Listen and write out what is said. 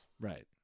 right